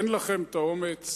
אין לכם את האומץ